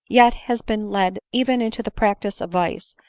yet has been led even into the practice of vice,